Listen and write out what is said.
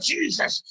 Jesus